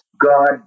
God